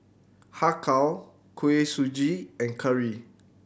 Har Kow Kuih Suji and curry